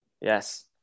Yes